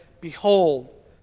Behold